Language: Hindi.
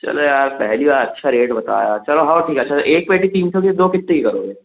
चलो यार पहली बार अच्छा रेट बताया चलो हओ ठीक अच्छा एक पेटी तीन सौ के दो कितने की करोगे